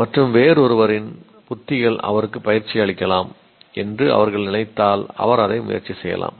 மற்றும் வேறொருவரின் உத்திகள் அவருக்கு பயிற்சி அளிக்கலாம் என்று அவர்கள் நினைத்தால் அவர் அதை முயற்சி செய்யலாம்